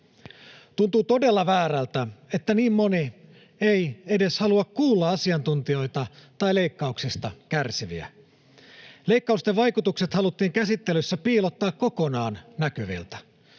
Tuntuu todella väärältä, että niin moni ei edes halua kuulla asiantuntijoita tai leikkauksista kärsiviä. Leikkausten vaikutukset haluttiin käsittelyssä piilottaa kokonaan näkyviltä.